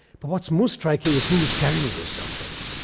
but what is most striking is who is carrying those cell phones.